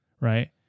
right